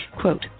Quote